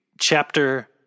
Chapter